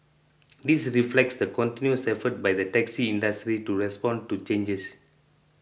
this reflects the continuous efforts by the taxi industry to respond to changes